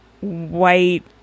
white